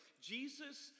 Jesus